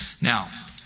Now